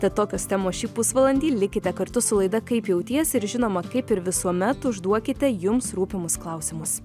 tad tokios temos šį pusvalandį likite kartu su laida kaip jautiesi ir žinoma kaip ir visuomet užduokite jums rūpimus klausimus